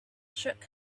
shook